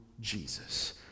Jesus